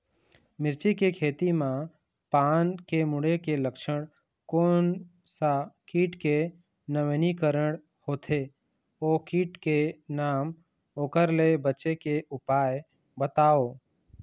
मिर्ची के खेती मा पान के मुड़े के लक्षण कोन सा कीट के नवीनीकरण होथे ओ कीट के नाम ओकर ले बचे के उपाय बताओ?